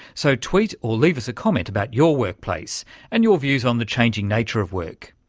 so tweet or leave us a comment about your workplace and your views on the changing nature of work.